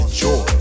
joy